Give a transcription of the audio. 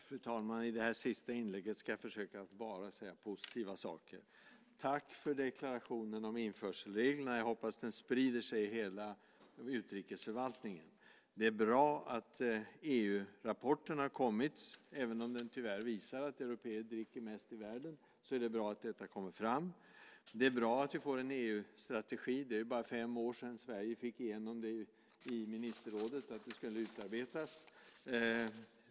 Fru talman! I det här sista inlägget ska jag försöka säga bara positiva saker. Tack för deklarationen om införselreglerna! Jag hoppas att den sprider sig i hela utrikesförvaltningen. Det är bra att EU-rapporten har kommit. Även om den tyvärr visar att européer dricker mest i världen är det bra att detta kommer fram. Det är bra att vi får en EU-strategi. Det är bara fem år sedan Sverige fick igenom i ministerrådet att den skulle utarbetas.